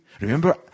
Remember